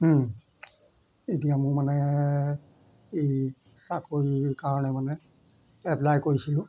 এতিয়া মোৰ মানে এই চাকৰিৰ কাৰণে মানে এপ্লাই কৰিছিলোঁ